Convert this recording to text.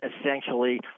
essentially